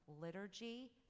liturgy